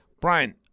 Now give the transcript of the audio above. Brian